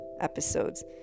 episodes